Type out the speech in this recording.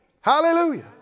Hallelujah